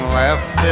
left